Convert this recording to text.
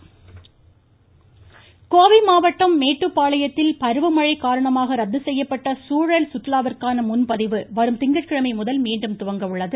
Udhagai voice Kovai மாவட்டம் மேட்டுப்பாளையத்தில் பருவமழை காரணமாக ரத்து செய்யப்பட்ட சூழல் சுற்றுலா விற்கான முன்பதிவு வரும் திங்கட்கிழமை முதல் மீண்டும் துவங்கஉள்ளது